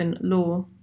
Law